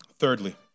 Thirdly